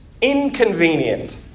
inconvenient